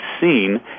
seen